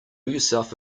yourself